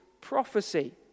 prophecy